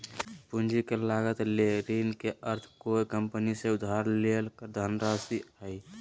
पूंजी के लागत ले ऋण के अर्थ कोय कंपनी से उधार लेल धनराशि हइ